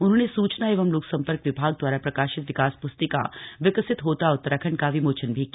उन्होंने सूचना एवं लोकसंपर्क विभाग द्वारा प्रकाशित विकास प्स्तिका विकसित होता उत्तराखंड का विमोचन भी किया